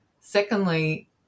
Secondly